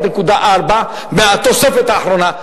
מהתוספת האחרונה,